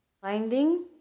Finding